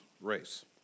race